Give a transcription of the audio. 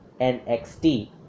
nxt